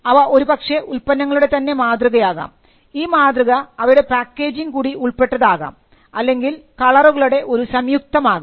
അവ ഒരുപക്ഷേ ഉൽപ്പന്നങ്ങളുടെ തന്നെ മാതൃകയാകാം ഈ മാതൃക അവയുടെ പാക്കേജിങ് കൂടി ഉൾപ്പെട്ടതാകാം അല്ലെങ്കിൽ കളറുകളുടെ ഒരു സംയുക്തം ആകാം